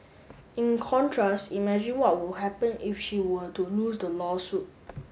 in contrast imagine what would happen if she were to lose the lawsuit